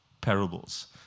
parables